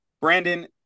Brandon